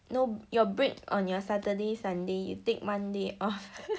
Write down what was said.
no your break on your saturday sunday you take monday off